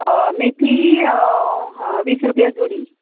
मेथी वीस रुपया जोडी